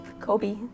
Kobe